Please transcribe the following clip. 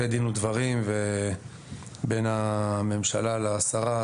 אחרי דין ודברים בין הממשלה לשרה,